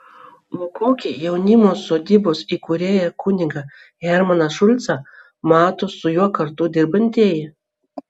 o kokį jaunimo sodybos įkūrėją kunigą hermaną šulcą mato su juo kartu dirbantieji